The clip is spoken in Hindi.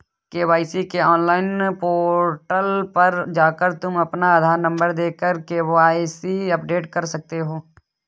के.वाई.सी के ऑनलाइन पोर्टल पर जाकर तुम अपना आधार नंबर देकर के.वाय.सी अपडेट कर सकते हो